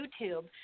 YouTube